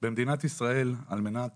על מנת